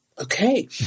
Okay